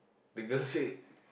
the girl say